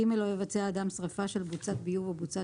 לא יבצע אדם שריפה של בוצת ביוב או בוצת